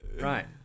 Right